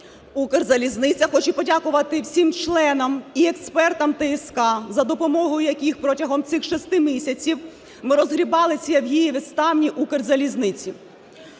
"Укрзалізниця". Хочу подякувати всім членам і експертам ТСК, за допомогою яких протягом цих шести місяців ми розгрібали ці авгієві стайні Укрзалізниці.